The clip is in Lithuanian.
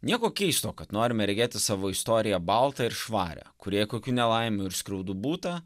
nieko keisto kad norime regėti savo istoriją baltą ir švarią kurioje kokių nelaimių ir skriaudų būta